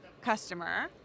customer